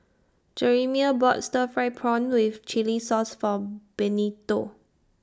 Jerimiah bought Stir Fried Prawn with Chili Sauce form Benito